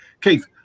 Keith